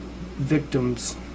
victims